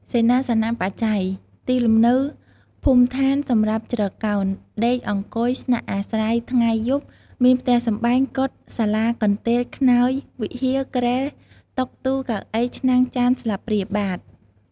សេនាសនបច្ច័យ ទីលំនៅភូមិស្ថានសម្រាប់ជ្រកកោន ដេកអង្គុយ ស្នាក់អាស្រ័យថ្ងៃយប់ មានផ្ទះសម្បែង កុដិ សាលា កន្ទេល ខ្នើយ វិហារ គ្រែ តុ ទូ កៅអី ឆ្នាំង ចាន ស្លាបព្រា បាត្រ។